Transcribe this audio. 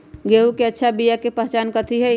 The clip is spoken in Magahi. गेंहू के अच्छा बिया के पहचान कथि हई?